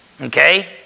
Okay